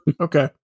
Okay